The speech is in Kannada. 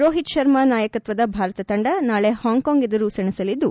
ರೋಹಿತ್ ಶರ್ಮಾ ನಾಯಕತ್ವದ ಭಾರತ ತಂಡ ನಾಳೆ ಹಾಂಕಾಂಗ್ ಎದುರು ಸೆಣಸಲಿದ್ದು